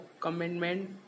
commitment